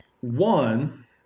one